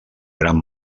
gran